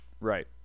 Right